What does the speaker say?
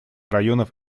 районов